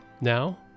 now